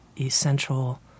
essential